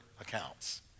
accounts